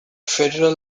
federal